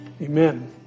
Amen